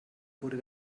wurde